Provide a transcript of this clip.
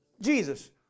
Jesus